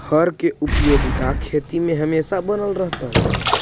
हर के उपयोगिता खेती में हमेशा बनल रहतइ